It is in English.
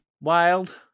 ...wild